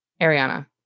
Ariana